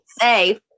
say